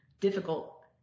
difficult